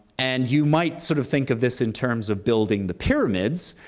and you might sort of think of this in terms of building the pyramids.